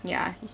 ya